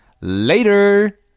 later